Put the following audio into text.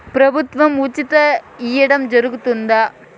ప్రభుత్వం ఉచితంగా ఇయ్యడం జరుగుతాదా?